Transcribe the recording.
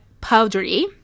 powdery